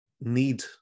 need